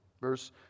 Verse